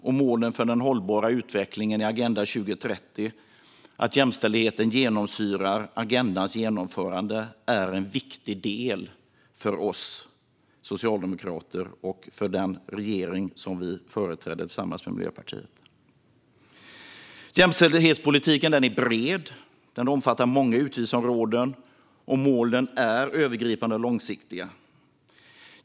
Att jämställdheten genomsyrar genomförandet av Agenda 2030 att är en viktig del för oss socialdemokrater och den regering som vi företräder tillsammans med Miljöpartiet. Jämställdhetspolitiken är bred och omfattar många utgiftsområden. Målen är övergripande och långsiktiga.